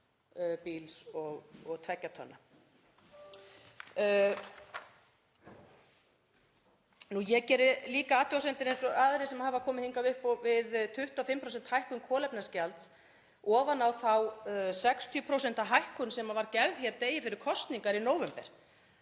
bíls og 2 tonna. Ég geri líka athugasemdir, eins og aðrir sem hafa komið hingað upp, við 25% hækkun kolefnisgjalds ofan á þá 60% hækkun sem var gerð hér degi fyrir kosningar í nóvember